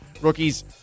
rookies